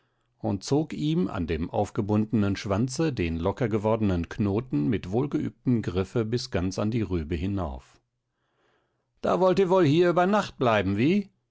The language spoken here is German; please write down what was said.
und zog ihm an dem aufgebundenen schwanze den locker gewordenen knoten mit wohlgeübtem griffe bis ganz an die rübe hinauf da wollt ihr wohl hier über nacht bleiben wie